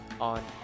on